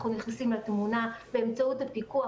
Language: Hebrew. אנחנו נכנסים לתמונה באמצעות הפיקוח.